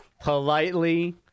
politely